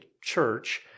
church